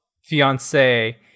Fiance